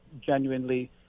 genuinely